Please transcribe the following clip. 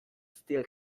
still